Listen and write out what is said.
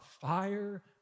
fire